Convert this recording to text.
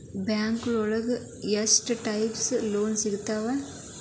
ಬ್ಯಾಂಕೋಳಗ ಎಷ್ಟ್ types loan ಸಿಗ್ತಾವ?